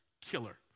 killer